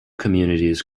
communities